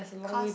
cause